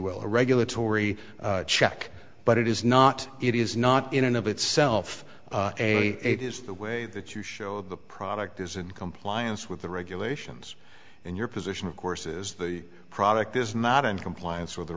will a regulatory check but it is not it is not in and of itself it is the way that you show the product is in compliance with the regulations and your position of course is the product is not in compliance with the